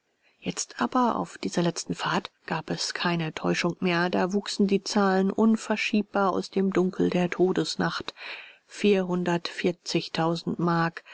jetzt aber auf dieser letzten fahrt gab's keine täuschung mehr da wuchsen die zahlen unverschiebbar aus dem dunkel der todesnacht vierhundertvierzigtausend mark